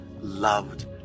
loved